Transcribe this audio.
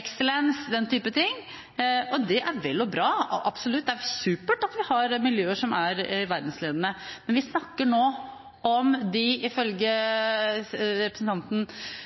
Excellence – den typen ting. Det er vel og bra, absolutt, det er supert at vi har miljøer som er verdensledende, men vi snakker nå om de, ifølge representanten